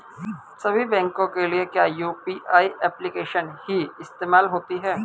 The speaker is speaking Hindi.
सभी बैंकों के लिए क्या यू.पी.आई एप्लिकेशन ही इस्तेमाल होती है?